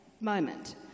moment